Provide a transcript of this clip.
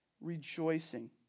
rejoicing